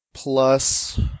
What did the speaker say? Plus